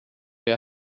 der